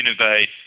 innovate